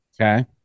Okay